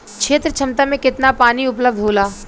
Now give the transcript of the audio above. क्षेत्र क्षमता में केतना पानी उपलब्ध होला?